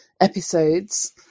episodes